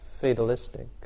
fatalistic